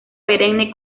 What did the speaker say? perenne